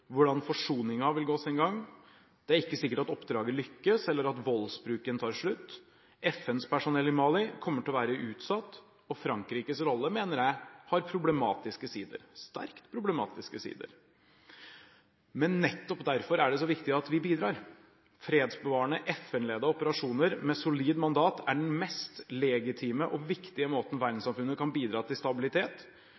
hvordan forsoningen vil gå sin gang. Det er ikke sikkert at oppdraget lykkes, eller at voldsbruken tar slutt. FNs personell i Mali kommer til å være utsatt, og Frankrikes rolle mener jeg har problematiske sider – sterkt problematiske sider. Men nettopp derfor er det så viktig at vi bidrar. Fredsbevarende FN-ledede operasjoner med solid mandat er den mest legitime og viktige måten